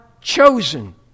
chosen